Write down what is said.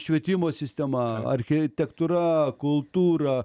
švietimo sistema architektūra kultūra